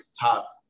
top